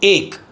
एक